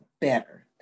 better